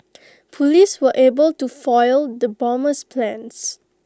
Police were able to foil the bomber's plans